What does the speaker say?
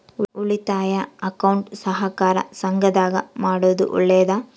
ಉಳಿತಾಯ ಅಕೌಂಟ್ ಸಹಕಾರ ಸಂಘದಾಗ ಮಾಡೋದು ಒಳ್ಳೇದಾ?